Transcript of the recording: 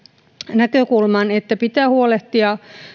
näkökulman että pitää huolehtia